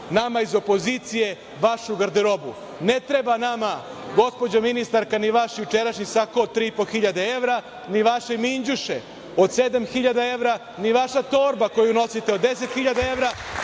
nama iz opozicije vašu garderobu. Ne treba nama, gospođo ministarka, ni vaš jučerašnji sako od 3.500 evra, ni vaše minđuše od 7.000 evra, ni vaša torba koju nosite od 10.000 evra.